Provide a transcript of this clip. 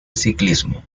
ciclismo